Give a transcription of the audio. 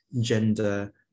gender